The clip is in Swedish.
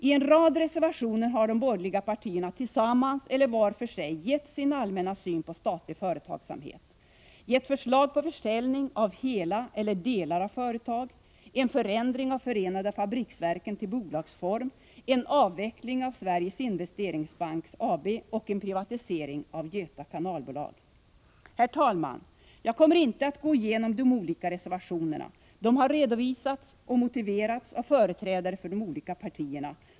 I en rad reservationer har de borgerliga partierna tillsammans eller vart för sig återgivit sin allmänna syn på statlig företagsamhet och lämnat förslag om försäljning av hela eller delar av företag: en förändring av Förenade fabriksverken till bolagsform, en avveckling av Sveriges Investeringsbank AB och en privatisering av Göta kanalbolag. Herr talman! Jag kommer inte att gå igenom de olika reservationerna. De har redovisats och motiverats av företrädare för de olika partierna.